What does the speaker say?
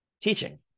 teaching